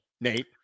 Nate